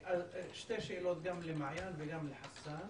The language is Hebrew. שתי שאלות גם למעיין וגם לחסאן.